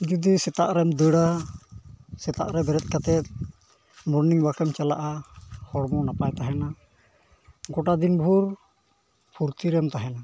ᱡᱩᱫᱤ ᱥᱮᱛᱟᱜ ᱨᱮᱢ ᱫᱟᱹᱲᱟ ᱥᱮᱛᱟᱜ ᱨᱮ ᱵᱮᱨᱮᱫ ᱠᱟᱛᱮᱫ ᱢᱚᱨᱱᱤᱝ ᱳᱣᱟᱠ ᱮᱢ ᱪᱟᱞᱟᱜᱼᱟ ᱦᱚᱲᱢᱚ ᱱᱟᱯᱟᱭ ᱛᱟᱦᱮᱱᱟ ᱜᱳᱴᱟ ᱫᱤᱱ ᱵᱷᱳᱨ ᱯᱷᱩᱨᱛᱤ ᱨᱮᱢ ᱛᱟᱦᱮᱱᱟ